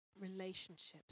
relationships